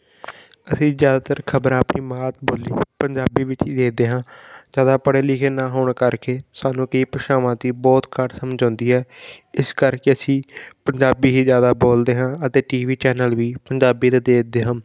ਅਸੀਂ ਜ਼ਿਆਦਾਤਰ ਖਬਰਾਂ ਆਪਣੀ ਮਾਤ ਬੋਲੀ ਪੰਜਾਬੀ ਵਿੱਚ ਹੀ ਦੇਖਦੇ ਹਾਂ ਜ਼ਿਆਦਾ ਪੜ੍ਹੇ ਲਿਖੇ ਨਾ ਹੋਣ ਕਰਕੇ ਸਾਨੂੰ ਕਈ ਭਾਸ਼ਾਵਾਂ ਦੀ ਬਹੁਤ ਘੱਟ ਸਮਝ ਆਉਂਦੀ ਹੈ ਇਸ ਕਰਕੇ ਅਸੀਂ ਪੰਜਾਬੀ ਹੀ ਜ਼ਿਆਦਾ ਬੋਲਦੇ ਹਾਂ ਅਤੇ ਟੀ ਵੀ ਚੈਨਲ ਵੀ ਪੰਜਾਬੀ ਦੇ ਦੇਖਦੇ ਹਨ